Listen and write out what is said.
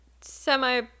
semi-